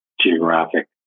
geographic